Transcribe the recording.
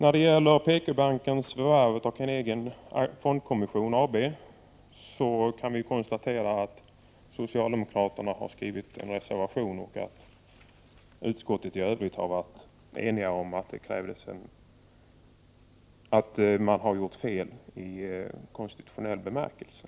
Beträffande PKbankens förvärv av Carnegie Fondkommission AB kan vi konstatera att socialdemokraterna har skrivit en reservation och att utskottet i övrigt varit enigt om att fel begåtts i konstitutionell bemärkelse.